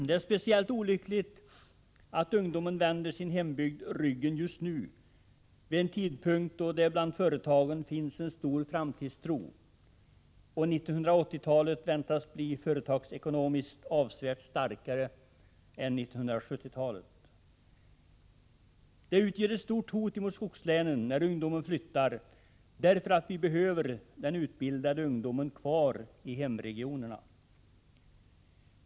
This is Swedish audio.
Det är speciellt olyckligt att ungdomen vänder sin hembygd ryggen just vid en tidpunkt då det bland företagen finns en stor framtidstro; 1980-talet väntas bli företagsekonomiskt avsevärt starkare än 1970-talet. Det utgör ett stort hot mot skogslänen när ungdomen flyttar; vi behöver den utbildade ungdomen kvar i hemregionerna.